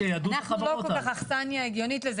אנחנו לא כל כך אכסניה הגיונית לזה